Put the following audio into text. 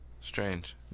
Strange